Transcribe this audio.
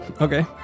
okay